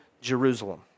Jerusalem